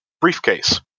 briefcase